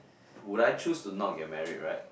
would I choose to not get married right